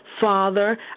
Father